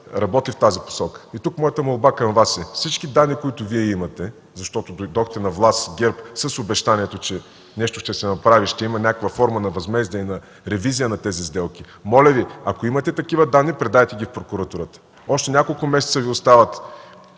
работи в тази посока. Тук моята молба към Вас е: всички данни, които имате, защото ГЕРБ дойдохте на власт с обещанието, че нещо ще се направи, ще има някаква форма на възмездие, на ревизия на тези сделки, моля Ви, ако имате такива данни, предайте ги в прокуратурата. Остават още няколко месеца на